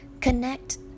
connect